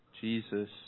Jesus